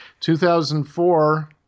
2004